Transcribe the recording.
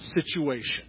situation